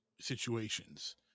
situations